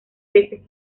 veces